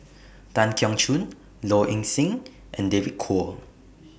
Tan Keong Choon Low Ing Sing and David Kwo